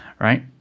right